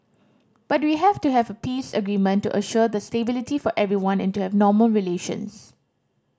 but we have to have a peace agreement to assure the stability for everyone and to have normal relations